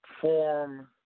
form